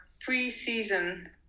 pre-season